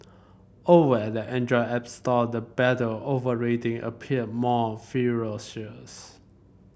over at the Android app store the battle over rating appear more ferocious